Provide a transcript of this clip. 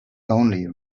only